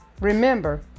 remember